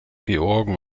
georgen